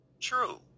True